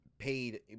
paid